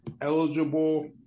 eligible